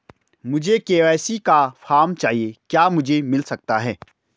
मुझे के.वाई.सी का फॉर्म चाहिए क्या मुझे मिल सकता है?